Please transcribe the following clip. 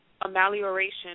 amelioration